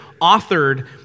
authored